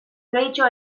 gehiegitxo